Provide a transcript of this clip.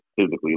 physically